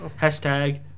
Hashtag